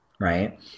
Right